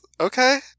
Okay